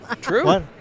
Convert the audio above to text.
True